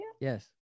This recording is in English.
Yes